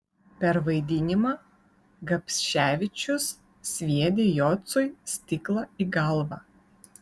per vaidinimą gapševičius sviedė jocui stiklą į galvą